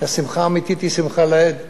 שהשמחה האמיתית היא שמחה לאיד.